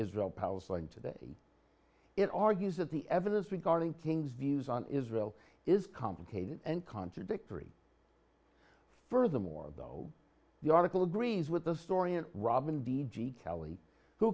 israel palestine today it argues that the evidence regarding king's views on israel is complicated and contradictory furthermore though the article agrees with the story in robin d g kelley